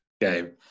game